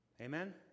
Amen